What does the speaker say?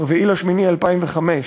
ב-4 באוגוסט 2005,